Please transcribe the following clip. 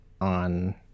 on